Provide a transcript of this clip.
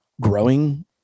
growing